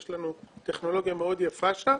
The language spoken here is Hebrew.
יש לנו טכנולוגיה מאוד יפה שם